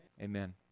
Amen